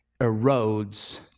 erodes